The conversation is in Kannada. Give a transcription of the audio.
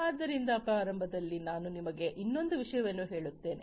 ಆದ್ದರಿಂದ ಪ್ರಾರಂಭದಲ್ಲಿ ನಾನು ನಿಮಗೆ ಇನ್ನೊಂದು ವಿಷಯವನ್ನು ಹೇಳುತ್ತೇನೆ